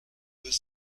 deux